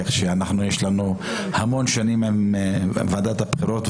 כך שיש לי המון שנים עם ועדת הבחירות.